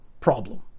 problem